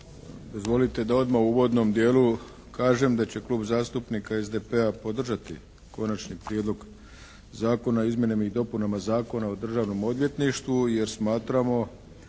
Dozvolite da odmah u uvodnom dijelu kažem da će Klub zastupnika SDP-a podržati Konačni prijedlog Zakona o izmjenama i dopunama Zakona o Državnom odvjetništvu jer smatramo